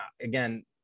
again